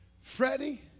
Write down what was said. Freddie